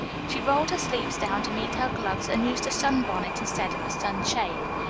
she rolled her sleeves down to meet her gloves and used a sunbonnet instead of a sunshade.